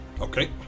Okay